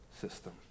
system